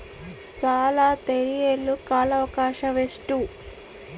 ಸಾಲ ತೇರಿಸಲು ಕಾಲ ಅವಕಾಶ ಎಷ್ಟು?